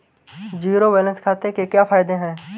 Zero balance खाते के क्या फायदे हैं?